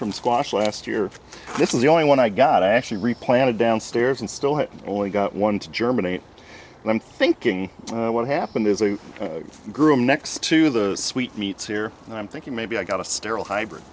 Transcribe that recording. from squash last year this is the only one i got actually replanted downstairs and still have only got one to germinate and i'm thinking what happened is a groom next to the sweetmeats here and i'm thinking maybe i got a sterile hybrid